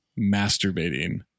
Masturbating